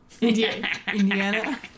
Indiana